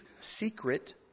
secret